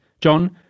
John